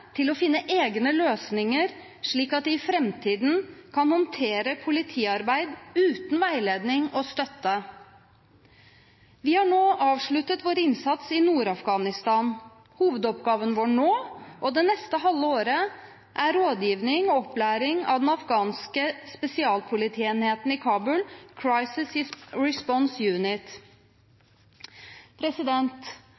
til å finne egne løsninger, slik at de i framtiden kan håndtere politiarbeid uten veiledning og støtte. Vi har nå avsluttet vår innsats i Nord-Afghanistan. Hovedoppgaven vår nå og det neste halve året er rådgivning og opplæring av den afghanske spesialpolitienheten i Kabul, Crisis Response Unit.